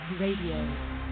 Radio